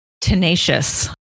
Tenacious